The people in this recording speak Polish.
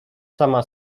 sama